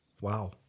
Wow